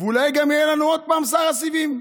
ואולי גם יהיה לנו עוד פעם שר הסיבים.